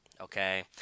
Okay